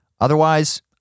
otherwise